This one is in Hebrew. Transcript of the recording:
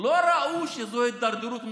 לא ראו שזו הידרדרות מוסרית.